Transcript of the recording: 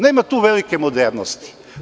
Nema tu velike modernosti.